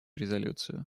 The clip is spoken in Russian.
резолюцию